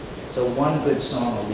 so one good song